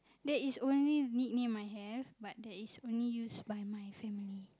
that is only nickname I have but that is only used by my family